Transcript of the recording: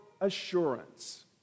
assurance